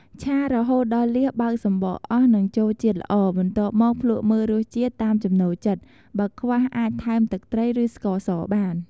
ឆារហូតដល់លៀសបើកសំបកអស់ និងចូលជាតិល្អ បន្ទាប់មកភ្លក់មើលរសជាតិតាមចំណូលចិត្ត បើខ្វះអាចថែមទឹកត្រី ឬស្ករសបាន។